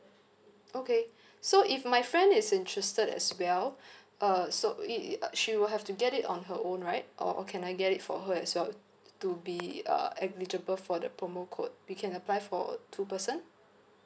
okay so if my friend is interested as well uh so it uh she will have to get it on her own right or can I get it for her as well to be uh eligible for the promo code we can apply for two person